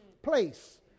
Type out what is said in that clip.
place